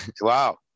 wow